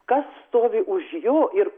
kas stovi už jo ir